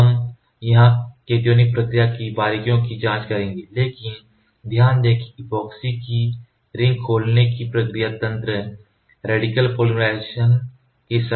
अब हम यहां cationic प्रतिक्रिया की बारीकियों की जांच करेंगे लेकिन ध्यान दें कि ऐपोक्सी की रिंग खोलने की प्रतिक्रिया तंत्र रेडिकल पॉलीमराइज़ेशन के समान है